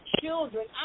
children